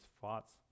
thoughts